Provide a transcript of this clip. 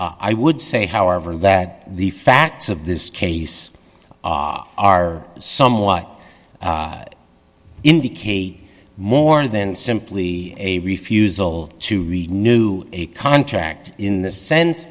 i would say however that the facts of this case are somewhat indicate more than simply a refusal to read new a contract in the sense